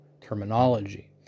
terminology